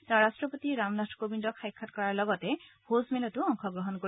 তেওঁ ৰাট্টপতি ৰামনাথ কোবিন্দক সাক্ষাৎ কৰাৰ লগতে ভোজ মেলতো অংশগ্ৰহণ কৰিব